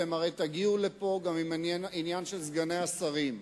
אתם הרי תגיעו לפה גם עם העניין של סגני השרים,